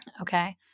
Okay